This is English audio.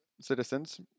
citizens